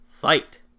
Fight